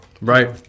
Right